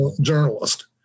journalist